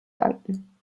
danken